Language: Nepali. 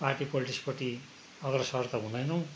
पार्टी पोलिटिक्स प्रति अग्रसर त हुँदैनौँ